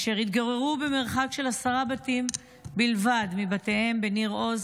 אשר התגוררו במרחק של עשרה בתים בלבד מביתם בניר עוז,